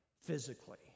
physically